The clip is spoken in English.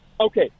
Okay